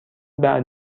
بعد